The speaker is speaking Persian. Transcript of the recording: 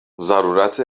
ضرورت